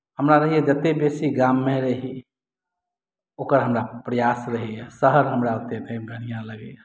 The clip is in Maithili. हमरा रहैए जतेक बेसी गाममे रही ओकर हमरा प्रयास रहैए शहर हमरा ओतेक नहि बढ़िआँ लगैए